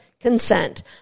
consent